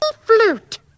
flute